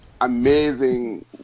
amazing